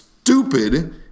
Stupid